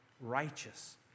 righteous